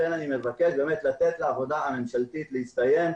לכן אני מבקש לתת לעבודה הממשלתית להסתיים.